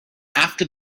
after